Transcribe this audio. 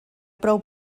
prou